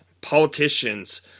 politicians